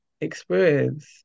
experience